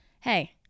hey